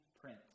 print